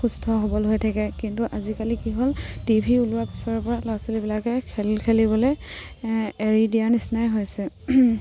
সুস্থ সবল হৈ থাকে কিন্তু আজিকালি কি হ'ল টিভি ওলোৱাৰ পিছৰ পৰা ল'ৰা ছোৱালীবিলাকে খেল খেলিবলে এৰি দিয়াৰ নিচিনাই হৈছে